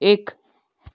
एक